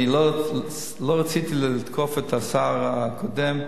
אני לא רציתי לתקוף את השר הקודם יותר,